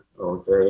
okay